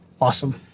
Awesome